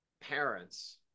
parents